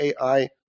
AI